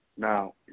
Now